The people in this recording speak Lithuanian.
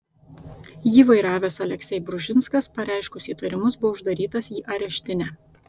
jį vairavęs aleksej bružinskas pareiškus įtarimus buvo uždarytas į areštinę